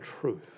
truth